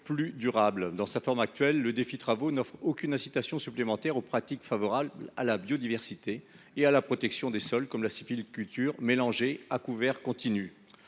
plus durable. Dans sa forme actuelle, le Defi « travaux » n’offre aucune incitation supplémentaire aux pratiques favorables à la biodiversité et à la protection des sols, telle que la sylviculture mélangée à couvert continu.